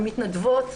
הן מתנדבות.